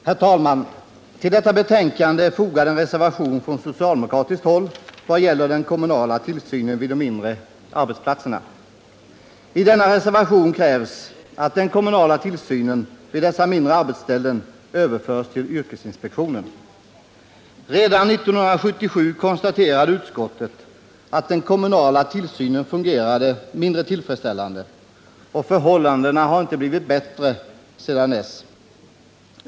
Herr talman! Vid detta betänkande är fogad en socialdemokratisk reservation som gäller den kommunala tillsynen vid de mindre arbetsplatserna. I denna reservation krävs att den kommunala tillsynen vid dessa mindre arbetsställen överförs till yrkesinspektionen. Redan 1977 konstaterade utskottet att den kommunala tillsynen fungerade mindre tillfredsställande. Förhållandena har inte blivit bättre sedan dess.